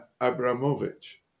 Abramovich